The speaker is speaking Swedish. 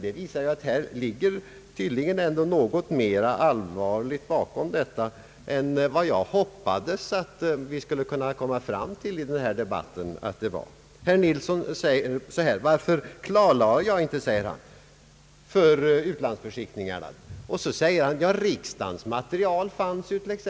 Det visar att det tydligen ligger något mera allvarligt bakom än vad jag hoppades att vi skulle komma fram till i denna debatt. Utrikesministern säger att anledningen till att han inte lämnade något klarläggande för utlandsbeskickningarna var att riksdagens material redan fanns att tillgå.